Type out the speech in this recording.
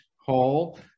Hall